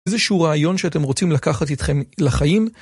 איזה שהוא רעיון שאתם רוצים לקחת אתכם לחיים?